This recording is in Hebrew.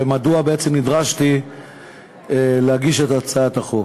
ומדוע בעצם נדרשתי להגיש את הצעת החוק.